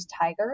Tigers